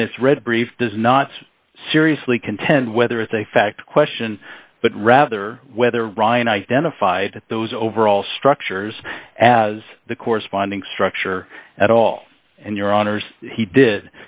in its read brief does not seriously contend whether it's a fact question but rather whether ryan identified those overall structures as the corresponding structure at all and your honour's he did